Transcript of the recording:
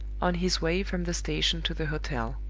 on his way from the station to the hotel.